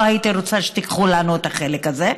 לא הייתי רוצה שתיקחו לנו את החלק הזה.